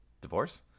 Divorce